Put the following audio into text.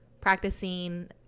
practicing